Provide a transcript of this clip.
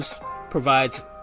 provides